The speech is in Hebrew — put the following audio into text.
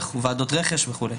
ועדות רכש וכו'.